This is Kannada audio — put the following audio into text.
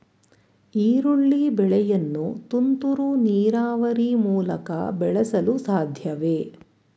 ಈರುಳ್ಳಿ ಬೆಳೆಯನ್ನು ತುಂತುರು ನೀರಾವರಿ ಮೂಲಕ ಬೆಳೆಸಲು ಸಾಧ್ಯವೇ?